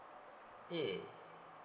mm